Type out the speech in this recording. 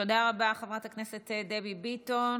תודה רבה, חברת הכנסת דבי ביטון.